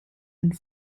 and